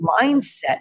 mindset